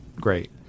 great